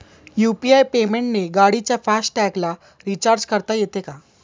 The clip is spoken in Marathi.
यु.पी.आय पेमेंटने गाडीच्या फास्ट टॅगला रिर्चाज करता येते का?